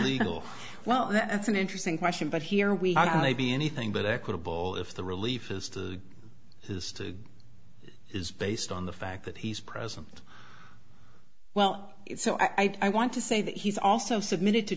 legal well that's an interesting question but here we are going to be anything but equitable if the relief is to his to is based on the fact that he's present well so i want to say that he's also submitted to